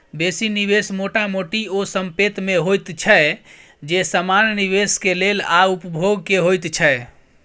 बेसी निवेश मोटा मोटी ओ संपेत में होइत छै जे समान निवेश के लेल आ उपभोग के होइत छै